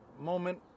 moment